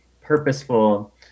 purposeful